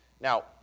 Now